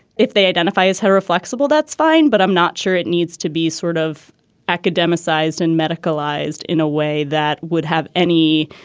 if they identify as hetero flexible, that's fine. but i'm not sure it needs to be sort of academic sized and medicalized in a way that would have any.